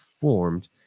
formed